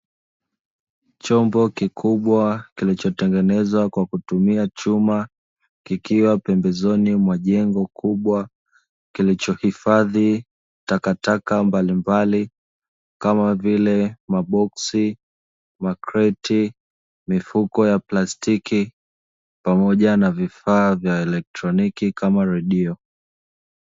Chombo kikubwa kilichotengenezwa kwa kutumia chuma, kikiwa pembezoni mwa jengo kubwa, kilichohifadhi takataka mbalimbali kama vile maboksi, makreti, mifuko ya plastiki pamoja na vifaa vya elektroniki kama redio.